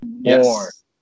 Yes